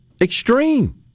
extreme